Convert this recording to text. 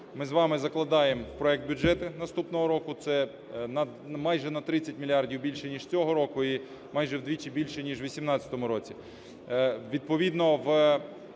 ми з вами закладаємо в проект бюджету наступного року. Це майже на 30 мільярдів більше, ніж цього року, і майже вдвічі більше, ніж у 18-му році.